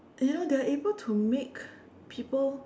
you know they are able to make people